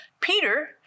Peter